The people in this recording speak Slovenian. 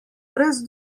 brez